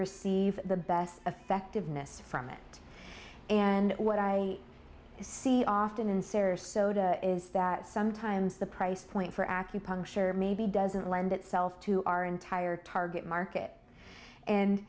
receive the best effectiveness from it and what i see often in sarasota is that sometimes the price point for acupuncture maybe doesn't lend itself to our entire target market and